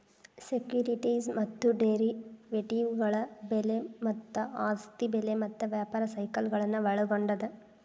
securities ಮತ್ತ ಡೆರಿವೇಟಿವ್ಗಳ ಬೆಲೆ ಮತ್ತ ಆಸ್ತಿ ಬೆಲೆ ಮತ್ತ ವ್ಯಾಪಾರ ಸೈಕಲ್ಗಳನ್ನ ಒಳ್ಗೊಂಡದ